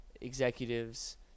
executives